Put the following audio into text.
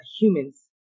humans